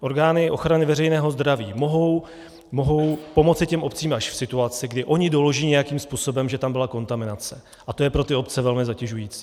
Orgány ochrany veřejného zdraví mohou pomoci těm obcím až v situaci, kdy ony doloží nějakým způsobem, že tam byla kontaminace, a to je pro ty obce velmi zatěžující.